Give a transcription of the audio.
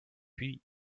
puis